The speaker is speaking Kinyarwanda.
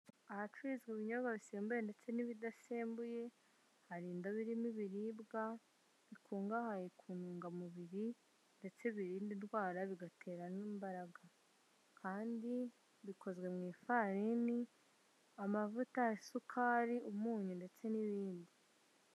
Ahacururizwa ibinyobwa bisembuye ndetse n'ibidasembuye, hari indobo irimo ibiribwa, bikungahaye ku ntungamubiri ndetse birinda indwara, bigatera n'imbaraga, kandi bikozwe mu ifarini, amavuta, isukari, umunyu ndetse n'ibindi.